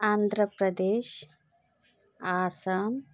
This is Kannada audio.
ಆಂಧ್ರ ಪ್ರದೇಶ ಅಸ್ಸಾಂ